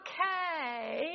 Okay